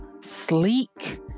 sleek